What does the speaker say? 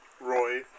Roy